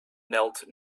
knelt